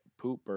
pooper